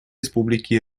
республики